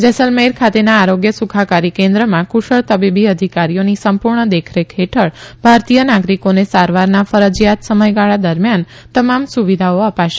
જેસલમેર ખાતેના આરીગ્ય સુખાકારી કેન્દ્રમાં કુશળ તબીબી અધિકારીઓની સંપૂર્ણ દેખરેખ ફેઠળ ભારતીય નાગરિકોને સારવારના ફરજીયાત સમયગાળા દરમિયાન તમામ સુવિધાઓ અપાશે